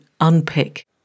unpick